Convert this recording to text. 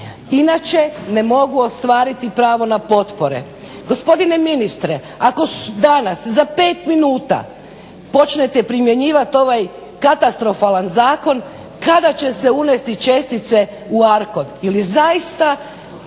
inače ne mogu ostvariti pravo na potpore. Gospodine ministre ako danas za 5 minuta počnete primjenjivati ovaj katastrofalan zakon kada će se unijeti čestice u ARKOD